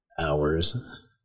hours